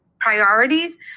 priorities